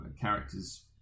characters